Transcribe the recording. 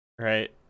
right